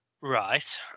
Right